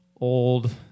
old